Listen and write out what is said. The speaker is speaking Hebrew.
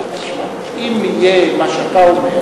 אם יהיה מה שאתה אומר,